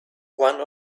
one